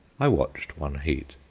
i watched one heat.